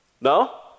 No